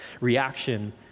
reaction